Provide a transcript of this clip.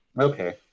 Okay